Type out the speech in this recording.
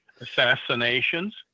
Assassinations